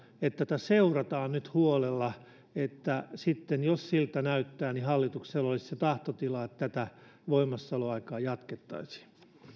että tätä seurattaisiin nyt huolella ja sitten jos siltä näyttää hallituksella olisi se tahtotila että tätä voimassaoloaikaa jatkettaisiin